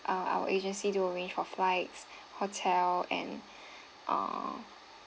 uh our agency to arrange for flights hotel and uh